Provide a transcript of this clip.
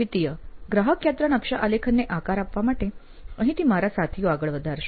દ્વિતીય ગ્રાહક યાત્રા નકશા આલેખનને આકાર આપવા માટે અહીં થી મારા સાથીઓ આગળ વધારશે